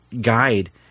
guide